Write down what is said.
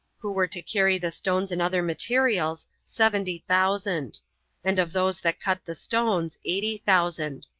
who were to carry the stones and other materials, seventy thousand and of those that cut the stones, eighty thousand.